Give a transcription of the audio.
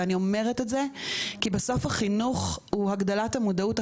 אני אומרת את זה כי בסוף החינוך הוא הגדלת המודעות,